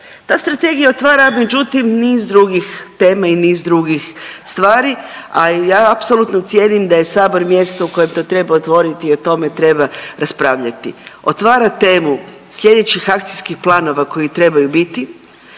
Ta strategija otvara međutim niz drugih tema i niz drugih stvari, a ja apsolutno cijenim da je sabor mjesto u kojem to treba otvoriti i o tome treba raspravljati. Otvara temu slijedećih akcijskih planova koji trebaju biti,